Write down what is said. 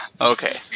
okay